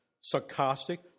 sarcastic